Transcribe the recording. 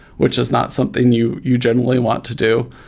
which is not something you you generally want to do.